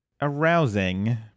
arousing